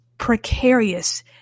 precarious